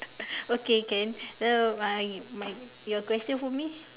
okay can uh mind my your question for me